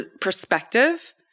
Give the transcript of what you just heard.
perspective